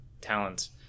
talents